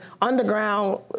underground